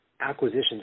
acquisitions